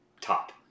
top